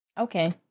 Okay